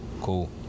cool